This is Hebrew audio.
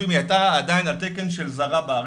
היא הייתה עדיין על תקן של זרה בארץ,